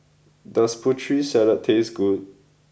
does Putri Salad taste good